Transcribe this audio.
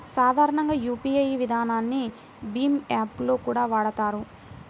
సాధారణంగా యూపీఐ విధానాన్ని భీమ్ యాప్ లో కూడా వాడతారు